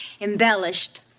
embellished